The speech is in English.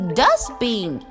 dustbin